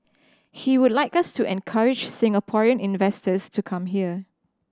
he would like us to encourage Singaporean investors to come here